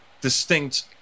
distinct